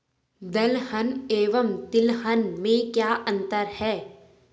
दलहन एवं तिलहन में क्या अंतर है?